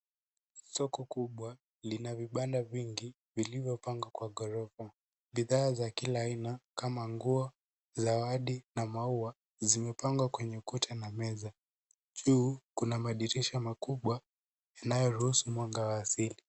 Soko kubwa lina vibanda vingi vilivyopangwa kwa ghorofa. Bidhaa za kila aina nyingi kama nguo, zawadi na maua zimepangwa kwenye ukuta na meza. Juu kuna madirisha makubwa na inayoruhusu mwanga wa asili.